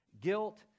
guilt